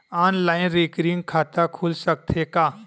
Online recurring खाता खुल सकथे का?